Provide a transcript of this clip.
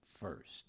first